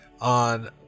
on